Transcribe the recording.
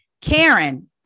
Karen